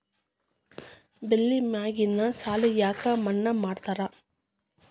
ಬೆಳಿ ಮ್ಯಾಗಿನ ಸಾಲ ಯಾಕ ಮನ್ನಾ ಮಾಡ್ತಾರ?